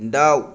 दाउ